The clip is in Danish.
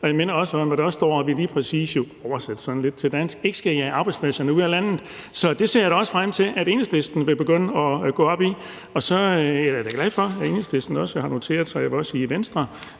Jeg minder også om, at der også står, at vi lige præcis – oversat sådan lidt til dansk – ikke skal jage arbejdspladserne ud af landet. Så det ser jeg da også frem til at Enhedslisten vil begynde at gå op i. Og så er jeg da glad for, at Enhedslisten også har noteret sig, at vi også i Venstre